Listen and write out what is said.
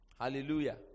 Hallelujah